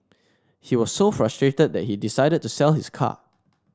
he was so frustrated that he decided to sell his car